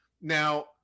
Now